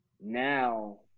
Now